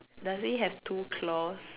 does he have two claws